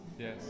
yes